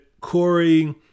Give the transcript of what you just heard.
Corey